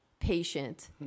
patient